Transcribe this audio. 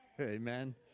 Amen